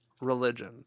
religion